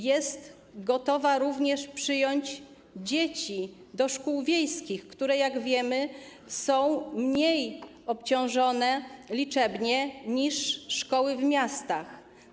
Jest gotowa również przyjąć dzieci do szkół wiejskich, które - jak wiemy - są mniej obciążone liczebnie niż szkoły w miastach.